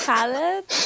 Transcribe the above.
Palette